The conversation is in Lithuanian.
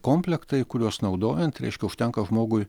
komplektai kuriuos naudojant reiškia užtenka žmogui